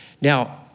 Now